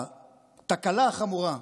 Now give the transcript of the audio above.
התקלה החמורה,